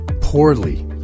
poorly